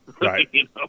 Right